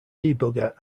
debugger